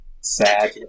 sad